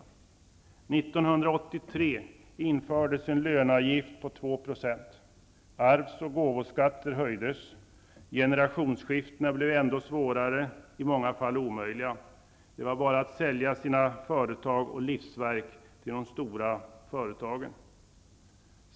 År 1983 infördes en löneavgift på 2 %. Arvs och gåvoskatter höjdes. Generationsskiften blev svårare, i många fall omöjliga, att genomföra. Det var bara att sälja sina företag och livsverk till de stora företagen.